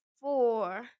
four